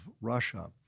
Russia